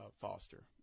Foster